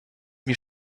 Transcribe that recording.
mir